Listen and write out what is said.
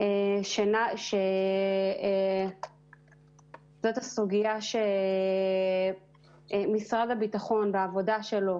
שזו הסוגיה שמשרד הביטחון בעבודה שלו